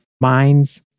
mind's